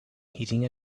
hitting